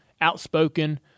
outspoken